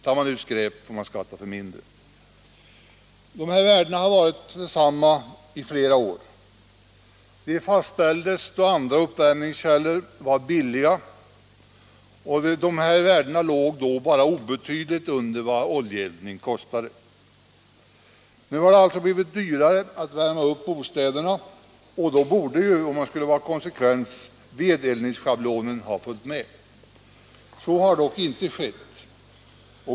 Tar man ut skräp får man skatta för mindre belopp. Dessa värden har varit desamma i flera år. De fastställdes då andra uppvärmningskällor var billiga och de låg bara obetydligt under vad oljeeldning kostade. När det alltså har blivit dyrare att värma upp bostäderna borde, om man skulle vara konsekvent, vedeldningsschablonen ha följt med. Så har dock inte skett.